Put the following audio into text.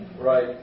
Right